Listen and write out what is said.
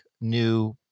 new